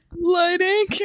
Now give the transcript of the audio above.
Lighting